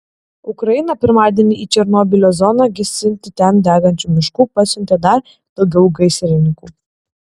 ukraina pirmadienį į černobylio zoną gesinti ten degančių miškų pasiuntė dar daugiau gaisrininkų